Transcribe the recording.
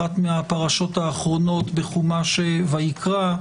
אחת מהפרשות האחרונות בחומש "ויקרא",